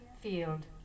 field